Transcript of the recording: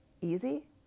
easy